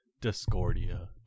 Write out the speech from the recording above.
Discordia